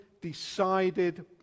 decided